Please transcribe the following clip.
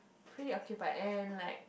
pretty occupied and like